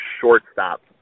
shortstop